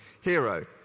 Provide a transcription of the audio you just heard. hero